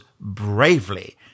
bravely